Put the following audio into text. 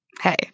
hey